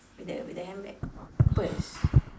with the with the handbag purse